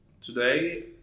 today